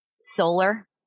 solar